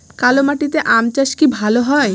কালো মাটিতে আম চাষ কি ভালো হয়?